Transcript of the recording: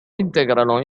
integrano